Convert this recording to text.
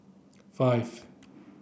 five